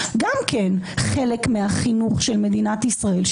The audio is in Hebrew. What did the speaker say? גם חלק מהחינוך של מדינת ישראל,